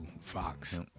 Fox